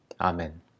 Amen